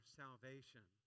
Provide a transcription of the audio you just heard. salvation